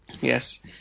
Yes